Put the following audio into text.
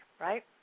right